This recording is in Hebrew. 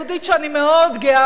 שאני מאוד גאה בה,